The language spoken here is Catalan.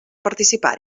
participar